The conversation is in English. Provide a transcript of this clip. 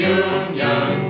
union